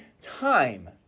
time